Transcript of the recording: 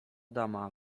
dama